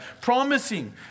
promising